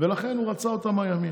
על השטחים של הבדואים